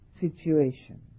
situation